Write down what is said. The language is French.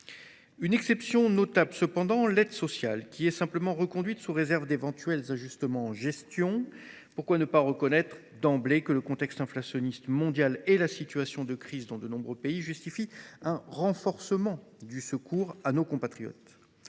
Exception notable, l’aide sociale est simplement reconduite, sous réserve d’éventuels ajustements en gestion. Pourquoi ne pas reconnaître d’emblée que le contexte inflationniste mondial et la situation de crise dans de nombreux pays justifient un renforcement du secours à nos compatriotes ?